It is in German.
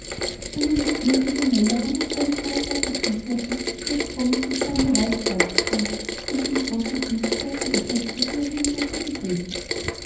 nun die flüsse dem mälar unaufhörlich neues wasser zuführten und der strom nicht imstande war es fortzuführen blieb dem großen see nichtsweiterübrig alsüberseineuferzutreten erstiegsehrlangsam ganzalsseierunwillig seinenschönenufernschaden zuzufügen da